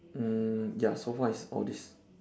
mm ya so far is all these